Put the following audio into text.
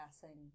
passing